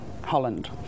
Holland